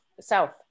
south